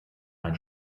ein